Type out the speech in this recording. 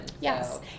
Yes